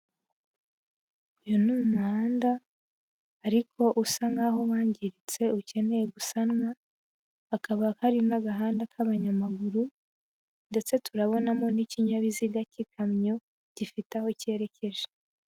Uyu ni umuhanda ariko usa nkaho wangiritse ukeneye gusanwa hakaba hari n'agahanda k'abanyamaguru ndetse turabonamo n'ikinyabiziga cy'ikamyo gifite aho cyerekeje.